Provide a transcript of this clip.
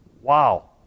Wow